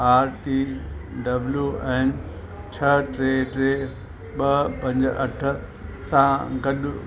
R T W N छह टे टे ॿ पंज अठ सां गॾु